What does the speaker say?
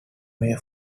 way